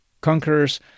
conquerors